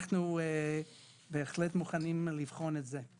אנחנו בהחלט מוכנים לבחון את זה.